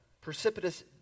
precipitous